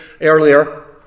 earlier